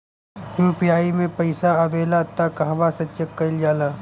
UPI मे पइसा आबेला त कहवा से चेक कईल जाला?